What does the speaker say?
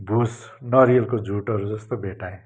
भुस नरिवलको झुटहरू जस्तो भेट्टाएँ